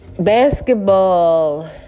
basketball